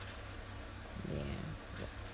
ya